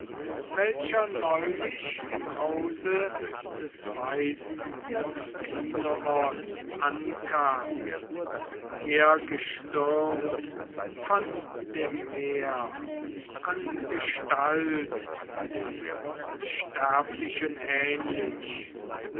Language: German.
welcher neulich im hause des weisen alkinoos ankam hergestürmt von dem meer an gestalt den unsterblichen ähnlich